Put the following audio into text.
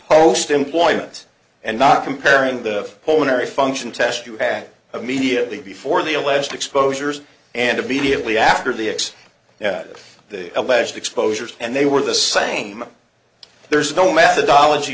post employment and not comparing the whole energy function test you add immediately before the alleged exposures and immediately after the x had the alleged exposures and they were the same there is no method ology